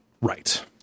right